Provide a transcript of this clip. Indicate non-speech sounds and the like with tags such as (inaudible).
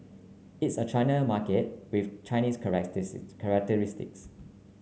it's a China market with Chinese (unintelligible) characteristics